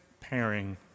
pairing